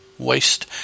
Waste